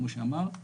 כמו שאמרת,